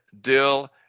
dill